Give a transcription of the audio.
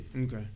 Okay